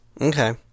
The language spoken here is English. Okay